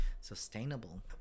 sustainable